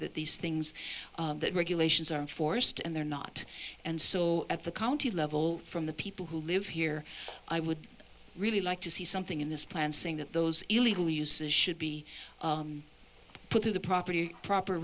that these things that regulations are forced and they're not and so at the county level from the people who live here i would really like to see something in this plan saying that those illegal uses should be put through the property proper